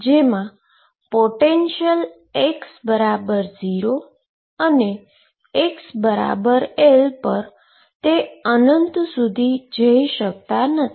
જેમાં potential x0 અને xL પર અનંત સુધી જઈ શકતી નથી